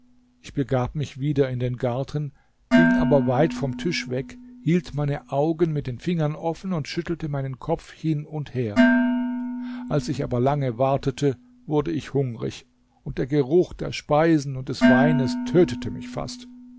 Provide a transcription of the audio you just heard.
ich begab mich wieder in den garten ging aber weit vom tisch weg hielt meine augen mit den fingern offen und schüttelte meinen kopf hin und her als ich aber lange wartete wurde ich hungrig und der geruch der speisen und des weines tötete mich fast